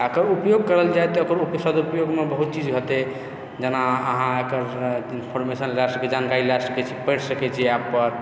आ एकर उपयोग कयल जाय तऽ एकर सदुपयोगमे बहुत चीज हेतै जेना अहाँ एकर इन्फॉरमेशन लए सकैत छी जानकारी लए सकैत छी पढ़ि सकैत छी ऐपपर